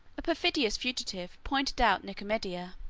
a perfidious fugitive pointed out nicomedia,